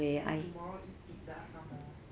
then tomorrow eat pizza some more